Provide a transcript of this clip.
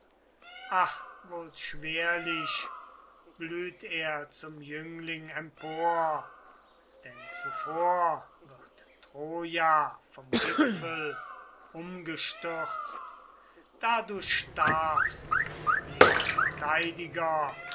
ach wohl schwerlich blüht er zum jüngling empor denn zuvor wird troja vom gipfel umgestürzt da du starbst ihr